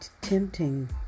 tempting